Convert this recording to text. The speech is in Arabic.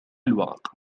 الورق